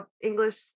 English